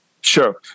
Sure